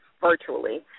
virtually